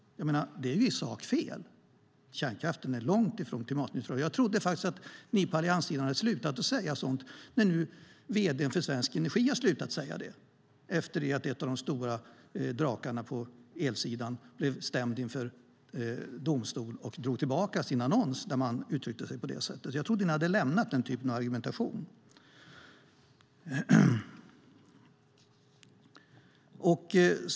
Det är ju sakfel. Kärnkraften är långt ifrån klimatneutral. Jag trodde faktiskt att ni på allianssidan hade slutat att säga sådant när nu vd för Svensk Energi har slutat säga det, efter det att en av de stora drakarna på elsidan blev stämd inför domstol och drog tillbaka sin annons där man uttryckte sig på det sättet. Jag trodde att ni hade lämnat den typen av argumentation.